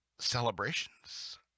celebrations